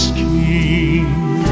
king